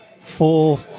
Full